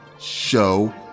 Show